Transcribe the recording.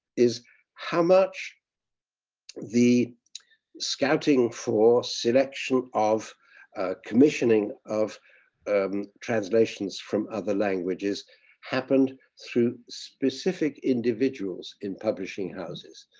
is how much the scouting for selection of commissioning of um translations from other languages happened through specific individuals in publishing houses,